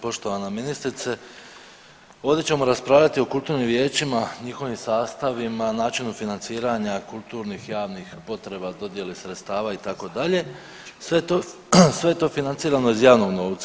Poštovan ministrice, ovdje ćemo raspravljati o kulturnim vijećima, njihovim sastavima, načinu financiranja kulturnih i javnih potreba dodijele sredstava itd., sve je to financirano iz javnog novca.